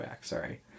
Sorry